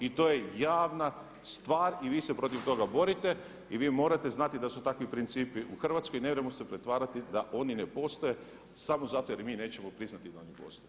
I to je javna stvar i vi se protiv toga borite i vi morate znati da su takvi principi u Hrvatskoj i ne možemo se pretvarati da oni ne postoje samo zato jer mi nećemo priznati da oni postoje.